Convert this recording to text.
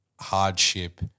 hardship